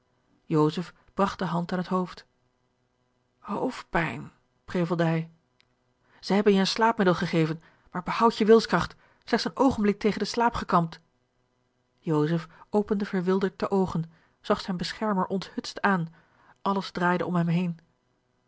bragt de hand aan het hoofd hoofdpijn prevelde hij zij hebben je een slaapmiddel gegeven maar behoud je wilskracht slechts een oogenblik tegen den slaap gekampt joseph opende verwilderd de oogen zag zijn beschermer onthutst aan alles draaide om hem heen